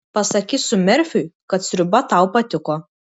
pasakysiu merfiui kad sriuba tau patiko